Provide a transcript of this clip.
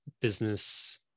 business